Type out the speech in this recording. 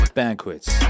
banquets